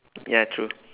ya true